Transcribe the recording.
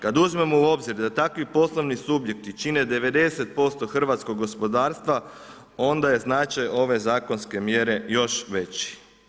Kada uzmemo u obzir da takvi poslovni subjekti čine 90% hrvatskog gospodarstva onda je značaj ove zakonske mjere još veći.